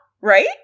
right